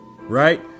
right